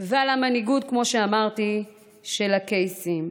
ועל המנהיגות, כמו שאמרתי, של הקייסים.